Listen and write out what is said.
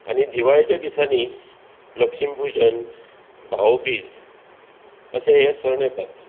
आनी दिवळेच्या दिसांनी लक्ष्मी पुजन भाऊबीज अशें हें सण येतात